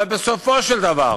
אבל בסופו של דבר